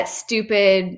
stupid